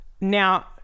now